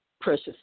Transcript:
precious